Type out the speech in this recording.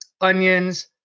onions